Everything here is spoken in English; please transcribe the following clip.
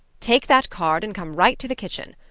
take that card and come right to the kitchen.